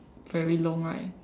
very long right